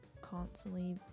constantly